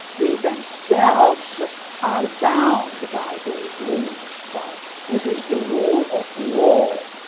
they themselves are bound by those rules by this is the rule of law.